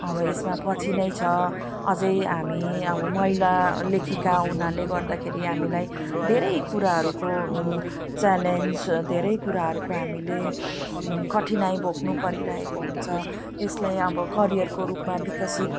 अब यसमा पछि नै छ अझै हामी अब महिला लेखिका हुनाले गर्दाखेरि हामीलाई धेरै कुराहरूको च्यालेन्ज धेरै कुराहरूको हामीले कठिनाइ भोग्नु परिरहेको हुन्छ यसलाई अब करियरको रूपमा विकसित